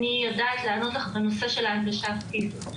אני יודעת לענות לך בנושא של ההנגשה הפיזית.